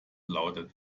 lautet